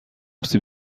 سیب